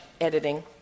editing